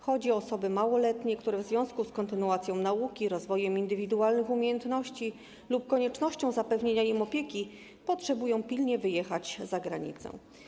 Chodzi o osoby małoletnie, które w związku z kontynuacją nauki, rozwojem indywidualnych umiejętności lub koniecznością zapewnienia im opieki potrzebują pilnie wyjechać za granicę.